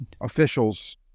officials